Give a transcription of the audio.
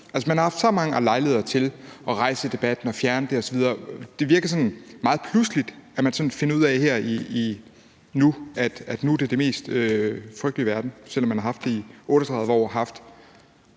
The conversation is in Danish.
man har haft så mange lejligheder til at rejse debatten og fjerne det osv., og det virker sådan meget pludseligt, at man nu finder ud af, at det er det mest frygtelige i verden, selv om man har haft det i 38 år og man